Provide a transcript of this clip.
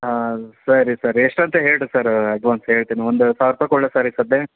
ಹಾಂ ಸರಿ ಸರ್ ಎಷ್ಟೊತ್ತಿಗೆ ಹೇಳಿ ರೀ ಸರ್ ಅಡ್ವಾನ್ಸ್ ಹೇಳ್ತೀನಿ ಒಂದು ಸಾವ್ರ ರೂಪಾಯಿ ಕೊಡಲೆ ಸರ್ ಈಗ್ಗ ಸದ್ಯ